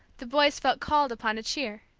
the boys felt called upon to cheer.